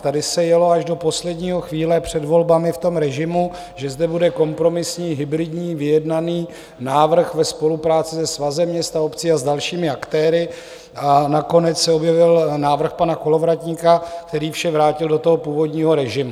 Tady se jelo až do poslední chvíle před volbami v tom režimu, že zde bude kompromisní hybridní vyjednaný návrh ve spolupráci se Svazem měst a obcí a s dalšími aktéry, a nakonec se objevil návrh pana Kolovratníka, který vše vrátil do původního režimu.